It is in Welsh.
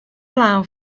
glaw